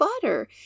Butter